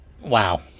Wow